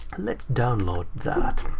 let's download that.